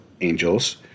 angels